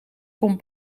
kon